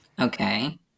Okay